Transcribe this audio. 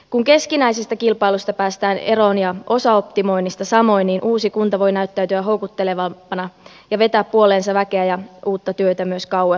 kun keskinäisestä kilpailusta päästään eroon ja osaoptimoinnista samoin uusi kunta voi näyttäytyä houkuttelevampana ja vetää puoleensa väkeä ja uutta työtä myös kauempaa